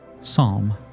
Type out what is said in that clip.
Psalm